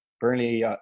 Burnley